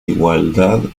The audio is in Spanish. igualdad